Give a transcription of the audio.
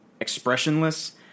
expressionless